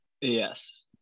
yes